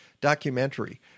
documentary